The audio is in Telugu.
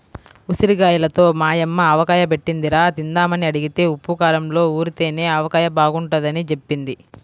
ఉసిరిగాయలతో మా యమ్మ ఆవకాయ బెట్టిందిరా, తిందామని అడిగితే ఉప్పూ కారంలో ఊరితేనే ఆవకాయ బాగుంటదని జెప్పింది